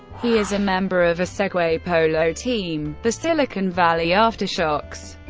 he is a member of a segway polo team, the silicon valley aftershocks.